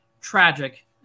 tragic